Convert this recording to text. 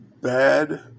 bad